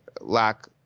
lack